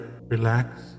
relax